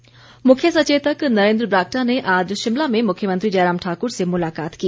बरागटा मुख्य सचेतक नरेंद्र बरागटा ने आज शिमला मे मुख्यमंत्री जयराम ठाकर से मुलाकात की